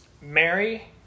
Mary